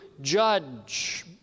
judge